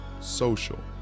social